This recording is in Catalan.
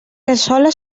cassola